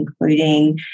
including